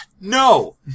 No